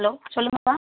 hello சொல்லுங்கப்பா